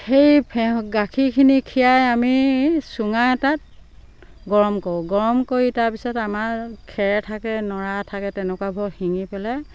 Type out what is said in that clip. সেই গাখীৰখিনি খীৰাই আমি চুঙা এটাত গৰম কৰোঁ গৰম কৰি তাৰপিছত আমাৰ খেৰ থাকে নৰা থাকে তেনেকুৱাবোৰ চিঙি পেলাই